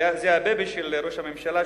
וזה הבייבי של ראש הממשלה,